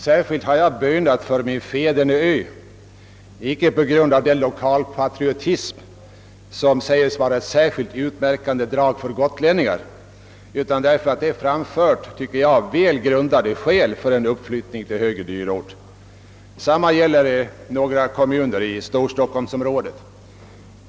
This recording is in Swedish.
Särskilt har jag bönat för min fäderneö, icke enbart på grund av den lokalpatriotism som säges vara ett särskilt utmärkande drag för gotlänningarna, utan därför att det framförts — som jag tycker — välgrundade skäl för en uppflyttning av Gotland till högre dyrort. Detsamma gäller några kommuner i storstockholmsområdet.